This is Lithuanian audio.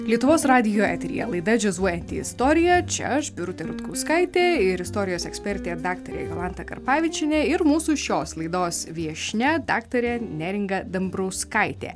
lietuvos radijo eteryje laida džiazuojanti istorija čia aš birutė rutkauskaitė ir istorijos ekspertė daktarė jolanta karpavičienė ir mūsų šios laidos viešnia daktarė neringa dambrauskaitė